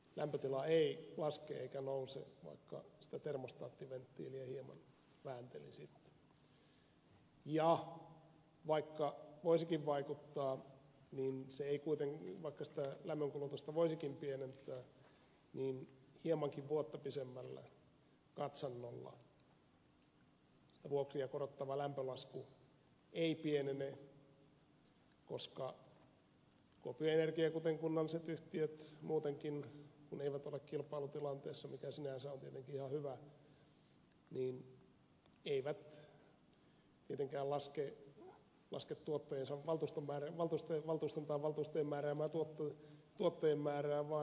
lämpötila ei laske eikä nouse vaikka sitä termostaattiventtiiliä hieman vääntelisi ja vaikka voisikin vaikuttaa vaikka sitä lämmönkulutusta voisikin pienentää niin hiemankin vuotta pidemmällä katsannolla se vuokria korottava lämpölasku ei pienene koska kuopion energia kuten kunnalliset yhtiöt muutenkaan kun eivät ole kilpailutilanteessa mikä sinänsä on tietenkin ihan hyvä eivät tietenkään laske valtuuston tai valtuustojen määräämää tuottojen määrää vaan nostavat energian hintaa